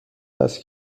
وصل